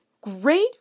Great